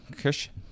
christian